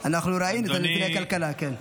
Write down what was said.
ראינו את נתוני הכלכלה, כן.